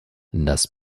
das